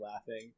laughing